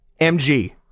MG